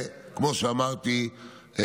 כמו שאמרתי,